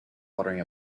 watering